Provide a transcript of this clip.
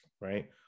right